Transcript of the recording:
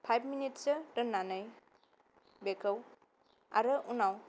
फायेब मिनिदस सो दोननानै बेखौ आरो उनाव